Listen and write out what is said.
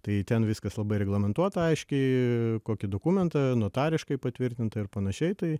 tai ten viskas labai reglamentuota aiškiai kokį dokumentą notariškai patvirtinta ir panašiai tai